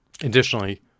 Additionally